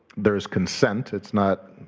there's consent. it's not